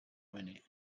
mené